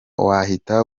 wahita